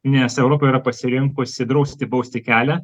nes europa yra pasirinkusi drausti bausti kelią